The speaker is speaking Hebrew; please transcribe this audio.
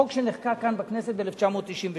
זה חוק שחוקק כאן בכנסת ב-1996,